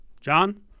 John